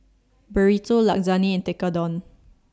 Burrito Lasagne and Tekkadon